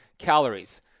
calories